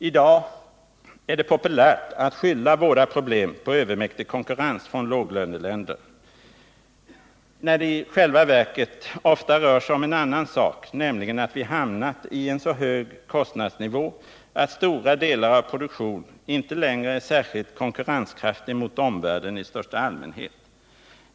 I dag är det populärt att skylla våra problem på övermäktig konkurrens från ”låglöneländer”, när det i själva verket ofta rör sig om en annan sak, nämligen att vi hamnat i en så hög kostnadsnivå att stora delar av vår produktion inte längre är särskilt konkurrenskraftig mot omvärlden i största allmänhet.